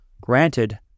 Granted